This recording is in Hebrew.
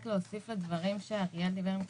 רק להוסיף לדברים שאריאל דיבר.